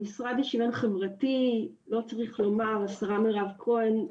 המשרד לשוויון חברתי, השרה מירב כהן,